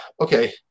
okay